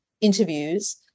interviews